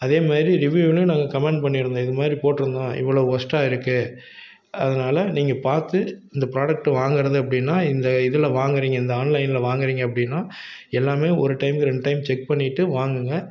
அதே மாதிரி ரிவ்யூலியும் நாங்கள் கமெண்ட் பண்ணியிருந்தோம் இந்த மாதிரி போட்டிருந்தோம் இவ்வளோ வேஸ்டா இருக்குது அதனால நீங்கள் பார்த்து இந்த ப்ரோடேக்ட் வாங்கறது அப்படினா இந்த இதில் வாங்குறீங்க இந்த ஆன்லைன்ல வாங்குகிறீங்க அப்படின்னா எல்லாமே ஒரு டைமுக்கு ரெண்டு டைம் செக் பண்ணிட்டு வாங்குங்க